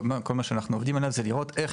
כל מה שאנחנו עובדים עליו זה לראות איך